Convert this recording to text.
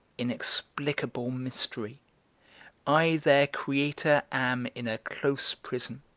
inexplicable mystery i their creator am in a close prison,